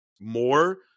more